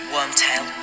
Wormtail